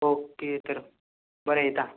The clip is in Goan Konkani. ओके तर बरें येता